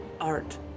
art